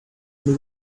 been